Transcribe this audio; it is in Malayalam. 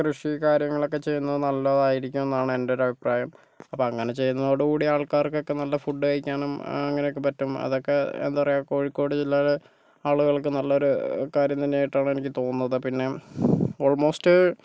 കൃഷി കാര്യങ്ങളൊക്കെ ചെയ്യുന്നത് നല്ലതായിരിക്കും എന്നാണ് എൻ്റെ ഒരു അഭിപ്രായം അപ്പോൾ അങ്ങനെ ചെയ്യുന്നതോടു കൂടി ആൾക്കാർക്ക് ഒക്കെ നല്ല ഫുഡ് കഴിക്കാനും അങ്ങനെ ഒക്കെ പറ്റും അതൊക്കെ എന്താ പറയുക കോഴിക്കോട് ജില്ലയില് ആളുകൾക്ക് നല്ലൊരു കാര്യം തന്നെയായിട്ടാണ് എനിക്ക് തോന്നുന്നത് പിന്നെ ആൾമോസ്റ്റ്